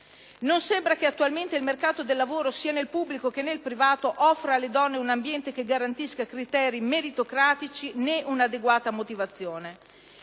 Non sembra che attualmente il mercato del lavoro, sia nel pubblico che nel privato, offra alle donne un ambiente che garantisca criteri meritocratici né un'adeguata motivazione.